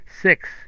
Six